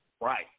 right